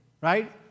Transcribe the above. right